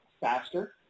faster